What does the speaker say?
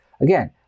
Again